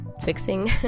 fixing